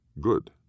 Good